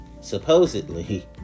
supposedly